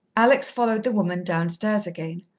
alex followed the woman downstairs again.